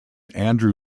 andrew